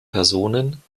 personen